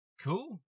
cool